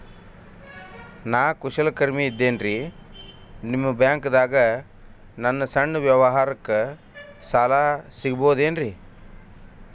ನಾ ಕುಶಲಕರ್ಮಿ ಇದ್ದೇನ್ರಿ ನಿಮ್ಮ ಬ್ಯಾಂಕ್ ದಾಗ ನನ್ನ ಸಣ್ಣ ವ್ಯವಹಾರಕ್ಕ ಸಾಲ ಸಿಗಬಹುದೇನ್ರಿ?